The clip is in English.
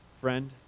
friend